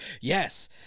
Yes